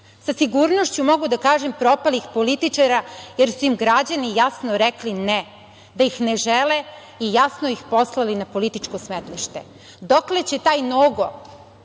Sa sigurnošću mogu da kažem propalih političara jer su im građani jasno rekli ne, da ih ne žele i jasno ih poslali na političko smetlište. Dokle će taj Nogo